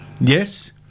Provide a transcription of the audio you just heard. Yes